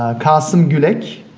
ah kasim gulek,